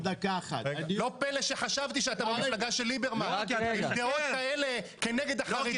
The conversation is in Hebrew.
לא פלא שחשבתי שאתם מפלגה של ליברמן --- כנגד החרדים,